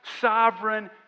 sovereign